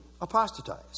apostatize